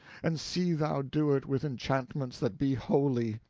and see thou do it with enchantments that be holy,